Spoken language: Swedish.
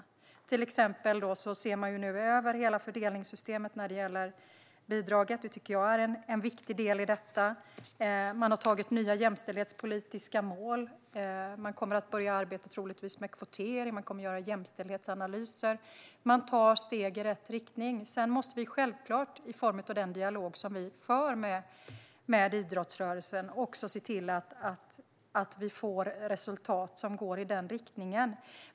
Till exempel ser man nu över hela fördelningssystemet när det gäller bidraget. Det tycker jag är en viktig del i detta. Man har antagit nya jämställdhetspolitiska mål. Man kommer troligtvis att börja arbeta med kvotering. Man kommer att göra jämställdhetsanalyser. Man tar steg i rätt riktning. Vi måste självklart se till att vi i den dialog vi för med idrottsrörelsen får resultat som går i den riktningen.